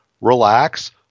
relax